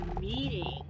meeting